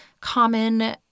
common